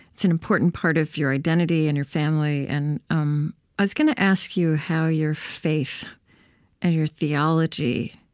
it's an important part of your identity and your family. and um i was going to ask you how your faith and your theology